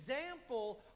example